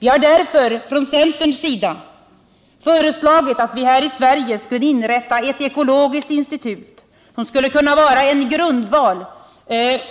Vi har därför från centerns sida föreslagit att här i Sverige skulle inrättas ett ekologiskt institut, som skulle kunna vara en grundval